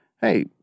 hey